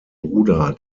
bruder